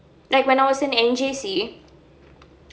like when I was in N_J_C